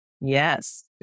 Yes